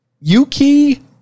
Yuki